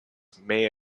may